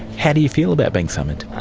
how do you feel about being summoned? i